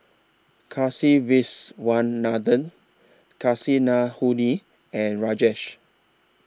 Kasiviswanathan Kasinadhuni and Rajesh